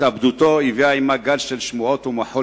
התאבדותו הביאה עמה גל של שמועות ומחול